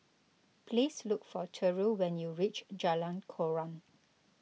please look for Terrill when you reach Jalan Koran